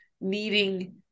needing